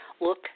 Look